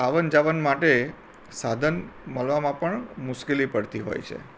આવન જાવન માટે સાધન મળવામાં પણ મુશ્કેલી પડતી હોય છે